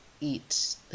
eat